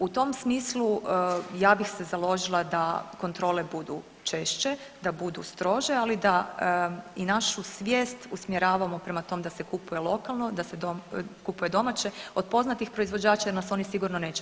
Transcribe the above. U tom smislu ja bih se založila da kontrole budu češće, da budu strože i našu svijest usmjeravamo prema tom da se kupuje lokalno, da se kupuje domaće od poznatih proizvođača jer nas oni sigurno neće